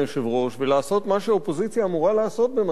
ולעשות מה שהאופוזיציה אמורה לעשות במצבים אלה,